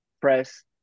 press